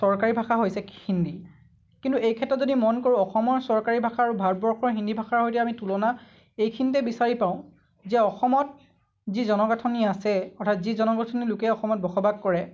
চৰকাৰী ভাষা হৈছে হিন্দী কিন্তু এই ক্ষেত্ৰত যদি মন কৰোঁ অসমৰ চৰকাৰী ভাষা আৰু ভাৰতবৰ্ষৰ হিন্দী ভাষাৰ সৈতে আমি তুলনা এইখিনিতেই বিচাৰি পাওঁ যে অসমত যি জনগাঁঠনি আছে অৰ্থাৎ যি জনগাঁঠনিৰ লোকে অসমত বসবাস কৰে